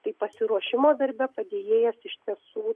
tai pasiruošimo darbe padėjėjas iš tiesų